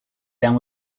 down